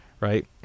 right